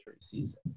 season